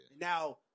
Now